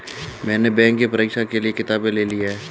मैने बैंक के परीक्षा के लिऐ किताबें ले ली हैं